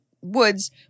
woods